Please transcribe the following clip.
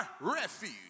refuge